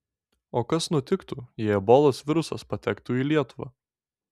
o kas nutiktų jei ebolos virusas patektų į lietuvą